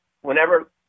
whenever